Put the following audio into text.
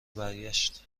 برگشت